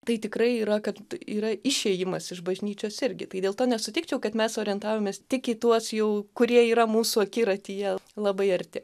tai tikrai yra kad yra išėjimas iš bažnyčios irgi tai dėl to nesutikčiau kad mes orientavomės tik į tuos jau kurie yra mūsų akiratyje labai arti